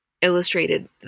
illustrated